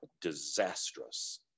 disastrous